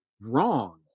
wrong